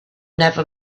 never